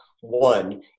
One